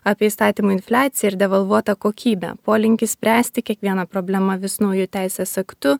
apie įstatymų infliaciją ir devalvuotą kokybę polinkis spręsti kiekvieną problemą vis nauju teisės aktu